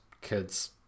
kids